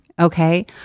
okay